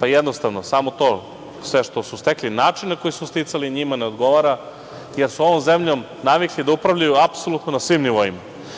pa jednostavno, samo to, sve što su stekli, način na koju su sticali njima ne odgovara, jer su ovom zemljom navikli da upravljaju apsolutno na svim nivoima,